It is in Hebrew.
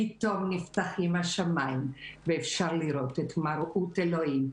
פתאום נפתחים השמיים ואפשר לראות את מראות אלוקים,